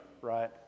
right